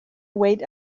wait